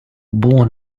born